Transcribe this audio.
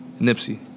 Nipsey